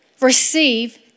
receive